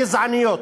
גזעניות,